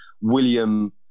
William